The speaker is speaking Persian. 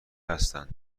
هستند